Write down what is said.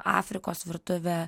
afrikos virtuvė